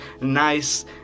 nice